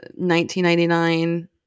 1999